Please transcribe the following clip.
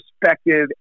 perspective